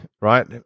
Right